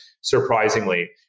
surprisingly